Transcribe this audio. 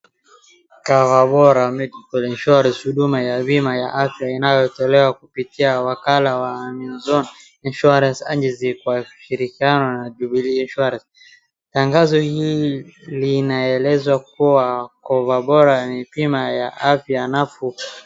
Cover Bora Medical insurance huduma ya bima inayotolewa kupitia wakala wa Anzion Insurance Argency kwa kushirikiana na Jubilee Insurance. Tangazo hili linaelezwa kuwa Cover Bora ni bima ya afya nafuu.